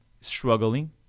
struggling